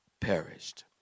perished